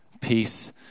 Peace